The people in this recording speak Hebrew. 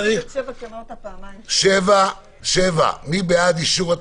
הצבעה בעד, רוב נגד, מיעוט אושר.